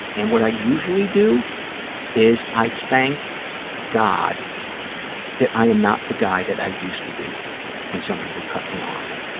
and what i usually do is i thank god that i am not the guy that i used to be when somebody would cut me off,